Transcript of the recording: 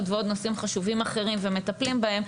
ועוד נושאים חשובים אחרים ומטפלים בהם,